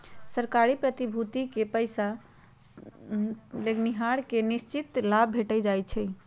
सरकारी प्रतिभूतिमें पइसा लगैनिहार के निश्चित लाभ भेंट जाइ छइ